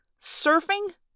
Surfing